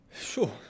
Sure